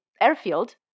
airfield